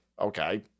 Okay